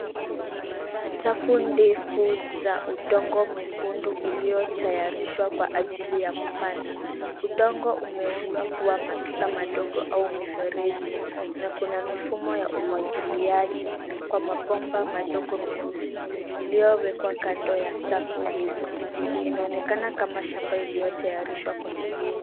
Safu ndefu za udongo mwekundu uliotayarishwa kwa ajili ya kupanda. Udongo umeundwa kuwa matuta madogo au mifereji, na kuna mifumo ya umwagiliaji kwa mabomba madogo meusi iliyowekwa kando ya safu hizo. Inaonekana kama shamba iliyotayarishwa kwa kilimo.